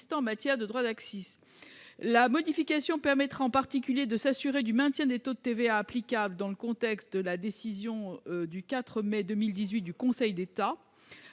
en matière de droits d'accise. Cette modification permettra en particulier de s'assurer du maintien des taux de TVA applicables, dans le contexte de la décision du 4 mai 2018 du Conseil d'État.